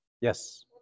Yes